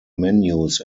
menus